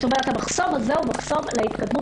כלומר המחסום הזה הוא מחסום להתקדמות